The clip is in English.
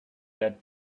that